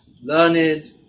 learned